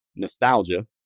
Nostalgia